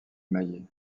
maillet